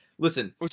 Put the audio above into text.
Listen